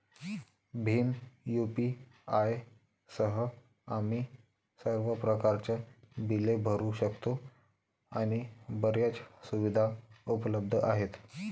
Bhim UPI सह, आम्ही सर्व प्रकारच्या बिले भरू शकतो आणि बर्याच सुविधा उपलब्ध आहेत